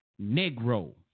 Negro